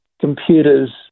computers